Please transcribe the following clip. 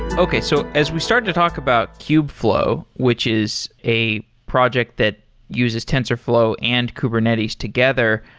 okay, so as we started to talk about kubeflow, which is a project that uses tensorflow and kubernetes together.